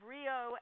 Rio